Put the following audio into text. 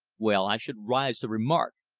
well i should rise to remark!